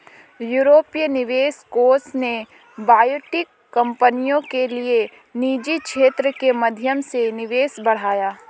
यूरोपीय निवेश कोष ने बायोटेक कंपनियों के लिए निजी क्षेत्र के माध्यम से निवेश बढ़ाया